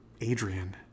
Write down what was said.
Adrian